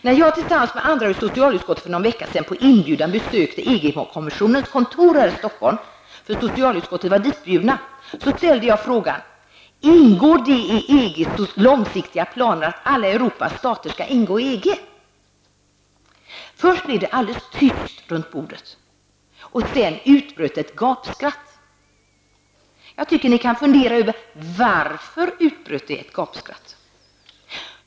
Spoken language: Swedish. När jag tillsammans med andra ledamöter från socialutskottet för någon vecka sedan besökte EG kommissionens kontor här i Stockholm, eftersom socialutskottet hade fått en inbjudan, ställde jag frågan: ''Ingår det i EGs långsiktiga planer att alla Europas stater skall ingå i EG?'' Först blev det alldeles tyst runt bordet, och sedan utbröt ett gapskratt. Jag tycker att ni kan fundera över varför det gapskrattet utbröt.